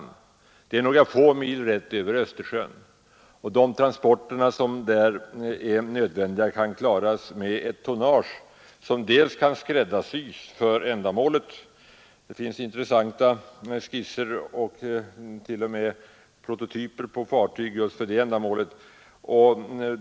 Det är några få mil rätt över Östersjön, och de transporter som är nödvändiga kan klaras med ett tonnage som det går att skräddarsy för ändamålet. Intressanta skisser och t.o.m. prototyper finns på fartyg för just det ändamålet.